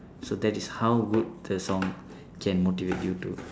so that is how good the song can motivate you to